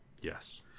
Yes